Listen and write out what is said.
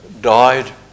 died